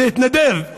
להתנדב,